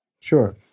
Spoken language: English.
Sure